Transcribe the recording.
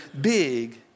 big